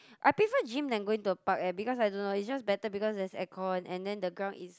I prefer gym than going to a park eh because I don't know is just better because there's air con and then the ground is